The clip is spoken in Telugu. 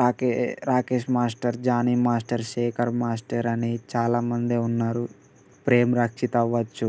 రాకే Rakesh master Jani master Sekhar master అని చాలా మందే ఉన్నారు ప్రేమ్ రక్షిత్ అవ్వచ్చు